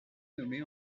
nommée